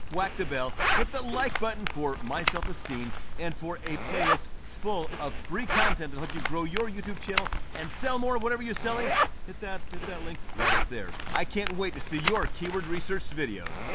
whack the bell, hit the like button for my self esteem and for a playlist full of free content to help you grow your youtube channel and sell more of whatever you're selling hit that, hit that link right up there. i can't wait to see your keyword research videos.